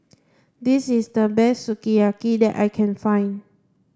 this is the best Sukiyaki that I can find